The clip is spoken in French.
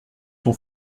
sont